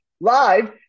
live